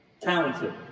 talented